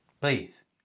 Please